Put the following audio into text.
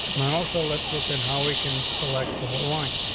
and i also let's look at how we can select the whole line.